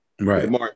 Right